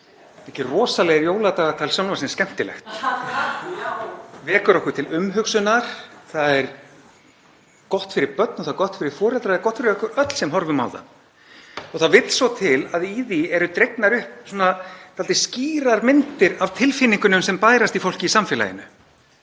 Mikið rosalega er jóladagatal sjónvarpsins skemmtilegt. (Gripið fram í: Já.) Vekur okkur til umhugsunar. Það er gott fyrir börn, það er gott fyrir foreldra og það er gott fyrir okkur öll sem horfum á það. Það vill svo til að í því eru dregnar upp svona dálítið skýrar myndir af tilfinningunum sem bærast í fólki í samfélaginu.